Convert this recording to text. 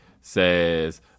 says